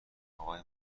آقای